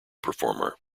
performer